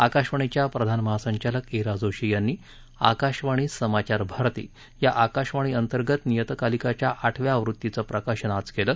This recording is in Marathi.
आकाशवाणीच्या प्रधान महासंचालक इरा जोशी यांनी आकाशवाणी समाचार भारती या आकाशवाणी अंतर्गत नियतकालिकाच्या आठव्या आवृत्तीचं प्रकाशन आज केलं